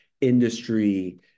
industry